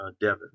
Devin